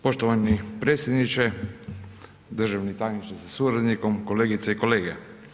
Poštovani predsjedniče, državni tajniče sa suradnikom, kolegice i kolege.